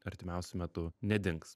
artimiausiu metu nedings